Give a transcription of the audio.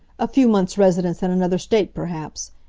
a few months' residence in another state, perhaps.